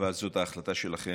אבל זו ההחלטה שלכם.